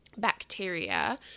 Bacteria